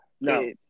no